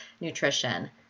nutrition